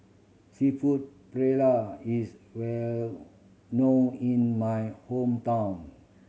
Seafood Paella is well know in my hometown